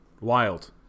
Wild